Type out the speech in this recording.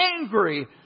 angry